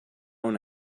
own